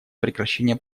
прекращение